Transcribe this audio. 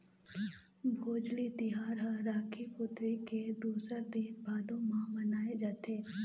भोजली तिहार ह राखी पुन्नी के दूसर दिन भादो म मनाए जाथे